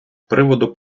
приводу